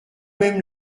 même